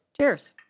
cheers